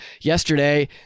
yesterday